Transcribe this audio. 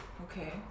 okay